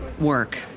work